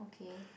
okay